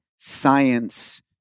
science